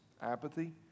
apathy